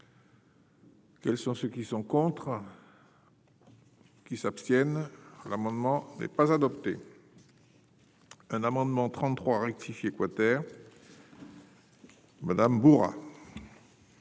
Quels sont ceux qui sont contre. Qui s'abstiennent l'amendement n'est pas adopté. Un amendement 33 rectifié quater. Madame.